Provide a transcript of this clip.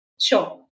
Sure